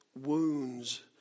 wounds